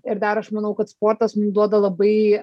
ir dar aš manau kad sportas mum duoda labai